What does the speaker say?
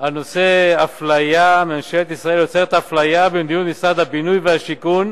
על נושא אפליה: ממשלת ישראל יוצרת אפליה במדיניות משרד הבינוי והשיכון